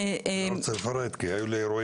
אני לא רוצה לפרט כי היו לי אירועים כאלה.